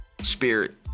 spirit